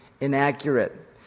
inaccurate